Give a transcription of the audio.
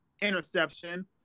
interception